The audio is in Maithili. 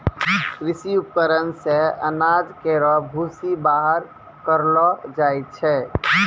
कृषि उपकरण से अनाज केरो भूसी बाहर करलो जाय छै